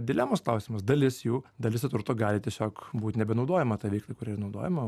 dilemos klausimas dalis jų dalis to turto gali tiesiog būt nebenaudojama ta veiklai kuriai naudojama